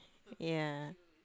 ya